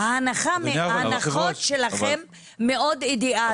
ההנחות שלכם מאוד אידיאליות.